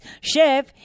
Chef